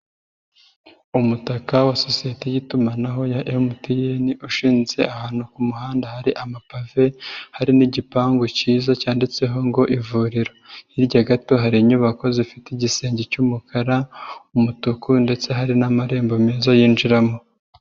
Umutaka wa sosiyete y'itumanaho ya MTN ushinze ahantu ku muhanda hari amapave hari n'igipangu kiza cyanditseho ngo ivuriro, hirya gato hari inyubako zifite igisenge cy'umukara, umutuku ndetse hari n'amarembo meza yinjiramo.